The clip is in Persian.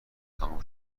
تموم